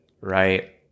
right